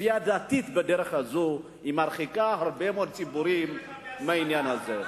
שכפייה דתית בדרך הזאת מרחיקה הרבה מאוד ציבורים מהעניין הזה.